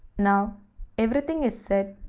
now everything is set.